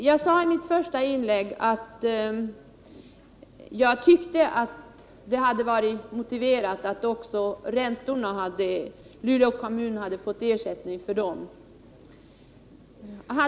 Jag sade i mitt första inlägg att jag tyckte att det hade varit motiverat att Luleå kommun hade fått ersättning för räntorna.